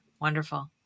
Wonderful